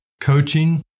coaching